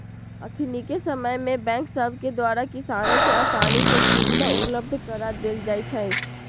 अखनिके समय में बैंक सभके द्वारा किसानों के असानी से सुभीधा उपलब्ध करा देल जाइ छइ